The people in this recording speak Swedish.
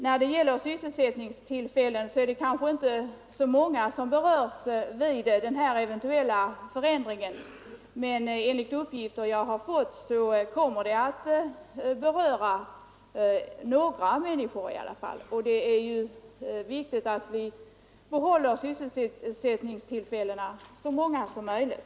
När det gäller sysselsättningstillfällen är det kanske inte så många människor som berörs av den eventuella förändringen, men enligt uppgifter som jag har fått kommer den i alla fall att beröra några personer, och det är viktigt att vi kan behålla sysselsättningstillfällen åt så många som möjligt.